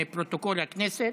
מפרוטוקול הכנסת,